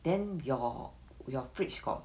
then your your fridge got